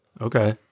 okay